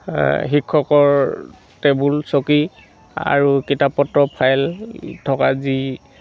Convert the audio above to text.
শিক্ষকৰ টেবুল চকী আৰু কিতাপ পত্ৰৰ ফাইল থকা যি